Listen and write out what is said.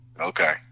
Okay